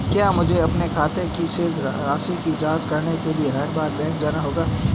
क्या मुझे अपने खाते की शेष राशि की जांच करने के लिए हर बार बैंक जाना होगा?